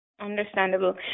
Understandable